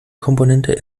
komponente